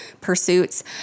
Pursuits